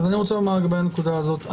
אז אני רוצה לומר לגבי הנקודה זאת.